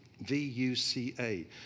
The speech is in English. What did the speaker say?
V-U-C-A